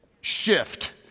shift